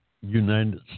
United